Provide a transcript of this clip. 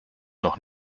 noch